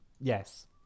Yes